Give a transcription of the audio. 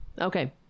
Okay